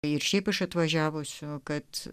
ir šiaip iš atvažiavusio kad